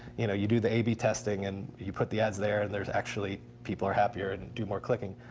you know you do the ab testing and you put the ads there and there's actually people are happier and do more clicking.